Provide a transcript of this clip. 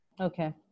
Okay